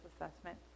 assessment